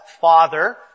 Father